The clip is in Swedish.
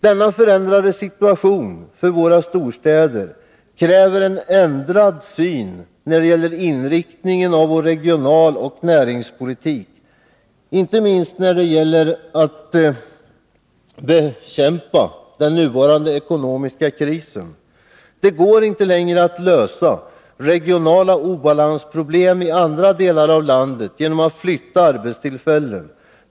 Denna förändrade situation för våra storstäder kräver en annan syn på inriktningen av vår regionalpolitik och näringspolitik, inte minst när det gäller att bekämpa den nuvarande ekonomiska krisen. Det går inte längre att lösa regionala obalansproblem i andra delar av landet genom att flytta arbetstillfällen.